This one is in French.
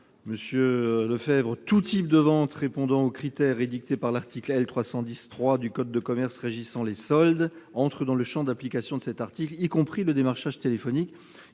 premier lieu, tout type de vente répondant aux critères édictés par l'article L. 310-3 du code de commerce régissant les soldes entre dans le champ d'application de cet article, y compris le démarchage téléphonique.